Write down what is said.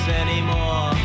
anymore